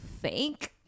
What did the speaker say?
fake